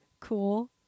cool